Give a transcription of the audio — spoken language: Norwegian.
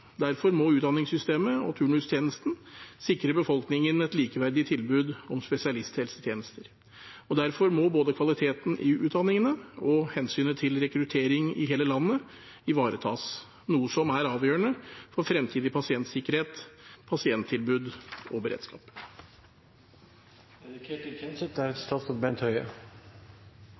Derfor må utdanningssystemet og turnustjenesten sikre befolkningen et likeverdig tilbud om spesialisthelsetjenester. Og derfor må både kvaliteten i utdanningene og hensynet til rekruttering i hele landet ivaretas, noe som er avgjørende for fremtidig pasientsikkerhet, pasienttilbud og